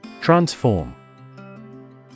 Transform